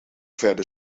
verder